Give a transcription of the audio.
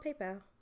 PayPal